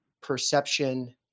perception